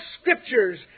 Scriptures